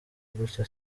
gutya